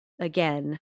again